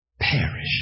perish